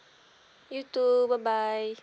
you too bye bye